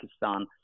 Pakistan